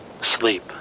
Sleep